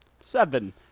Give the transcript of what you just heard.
Seven